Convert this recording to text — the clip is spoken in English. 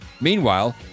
Meanwhile